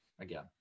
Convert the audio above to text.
again